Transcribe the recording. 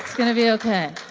going to be ok.